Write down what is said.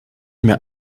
mir